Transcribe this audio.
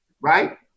right